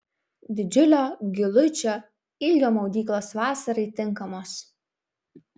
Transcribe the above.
didžiulio giluičio ilgio maudyklos vasarai tinkamos